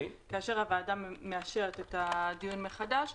כאשר הוועדה מאשרת את הדיון מחדש,